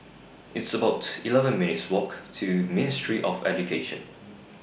It's about eleven minutes' Walk to Ministry of Education